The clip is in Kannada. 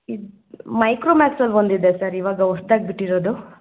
ಇದು ಮೈಕ್ರೋಮ್ಯಾಕ್ಸಲ್ಲಿ ಒಂದಿದೆ ಸರ್ ಇವಾಗ ಹೊಸ್ತಾಗ್ ಬಿಟ್ಟಿರೋದು